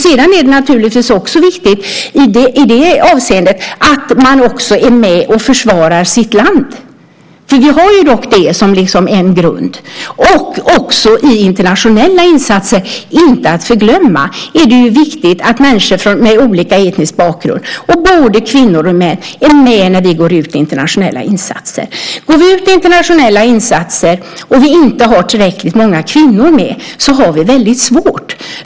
Sedan är det naturligtvis också viktigt i det avseendet att man är med och försvarar sitt land. Vi har ju det som en grund. I internationella insatser, inte att förglömma, är det viktigt med människor med olika etniska bakgrunder och både kvinnor och män. Det är viktigt när vi går ut i internationella insatser. Om vi går ut i internationella insatser och inte har tillräckligt många kvinnor med har vi det väldigt svårt.